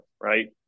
right